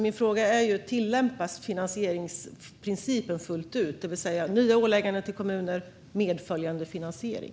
Min fråga är: Tillämpas finansieringsprincipen fullt ut, det vill säga nya ålägganden till kommuner och medföljande finansiering?